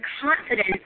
confidence